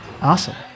Awesome